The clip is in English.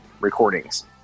recordings